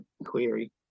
query